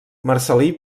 marcel·lí